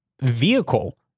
vehicle